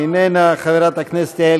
אינה נוכחת.